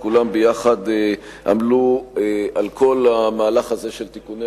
שכולם ביחד עמלו על כל המהלך הזה של תיקוני